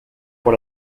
pour